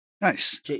Nice